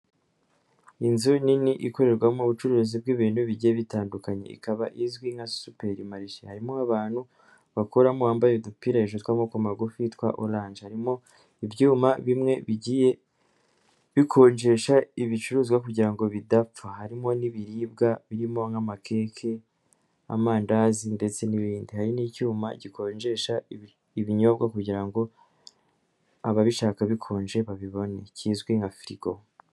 Inzu nini ikorerwamo ubucuruzi bw'ibintu bigiye bitandukanye ikaba izwi nka superi marishe, harimwo abantu bakoramo bambaye udupira hejuru tw'amoboko magufi twa oranje, harimo ibyuma bimwe bigiye bikonjesha ibicuruzwa kugira ngo bidapfa harimo n'ibiribwa birimo nk'amakeke amandazi ndetse n'ibindi hari n'cyuma gikonjesha ibinyobwa kugira ngo ababishaka bikonje babibone kizwi nka firigo.